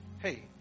hey